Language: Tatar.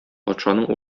патшаның